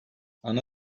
ana